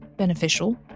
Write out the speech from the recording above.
beneficial